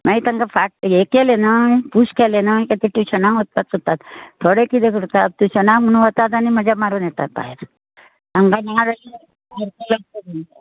मागीर तांकां फाट हें केलें न्हय पूश केलें न्हय की ते टुशनांक वचपाक सोदतात थोडे कितें करतात टुशनांग म्हणून वतात आनी मजा मारून येतात भायर तांकां भरपूर आसता म्हणटा